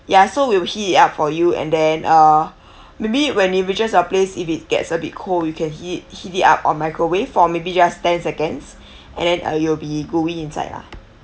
ya so we will heat it up for you and then uh maybe when it reaches your place if it gets a bit cold you can hea~ it heat it up on microwave for maybe just ten seconds and then uh it will be gooey inside lah